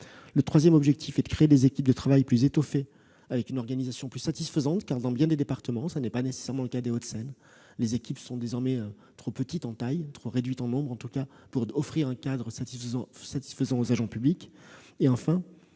; troisièmement, créer des équipes de travail plus étoffées avec une organisation plus satisfaisante, car, dans bien des départements- ce n'est pas nécessairement le cas des Hauts-de-Seine -, les équipes sont désormais trop petites en taille et trop réduites en nombre pour offrir un cadre satisfaisant aux agents publics ;